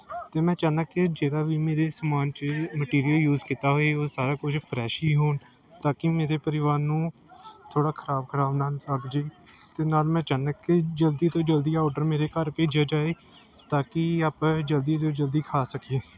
ਅਤੇ ਮੈਂ ਚਾਹੁੰਦਾ ਕਿ ਜਿਹੜਾ ਵੀ ਮੇਰੇ ਸਮਾਨ 'ਚ ਮਟੀਰੀਅਲ ਯੂਜ ਕੀਤਾ ਹੋਏ ਉਹ ਸਾਰਾ ਕੁਝ ਫਰੈਸ਼ ਹੀ ਹੋਣ ਤਾਂ ਕਿ ਮੇਰੇ ਪਰਿਵਾਰ ਨੂੰ ਥੋੜ੍ਹਾ ਖ਼ਰਾਬ ਖ਼ਰਾਬ ਨਾ ਲੱਗ ਜਾਵੇ ਅਤੇ ਨਾਲ ਮੈਂ ਚਾਹੁੰਦਾ ਕਿ ਜਲਦੀ ਤੋਂ ਜਲਦੀ ਆਹ ਓਡਰ ਮੇਰੇ ਘਰ ਭੇਜਿਆ ਜਾਏ ਤਾਂ ਕਿ ਆਪਾਂ ਜਲਦੀ ਤੋਂ ਜਲਦੀ ਖਾ ਸਕੀਏ